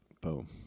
Boom